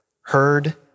Heard